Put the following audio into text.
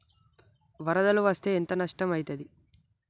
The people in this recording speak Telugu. వరదలు వస్తే ఎంత నష్టం ఐతది?